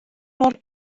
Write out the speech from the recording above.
mor